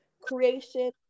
creation